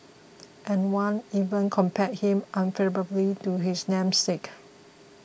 and one even compared him unfavourably to his namesake